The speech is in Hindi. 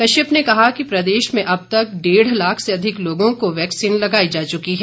कश्यप ने कहा कि प्रदेश में अब तक डेढ़ लाख से अधिक लोगों को वैक्सीन लगाई जा चुकी है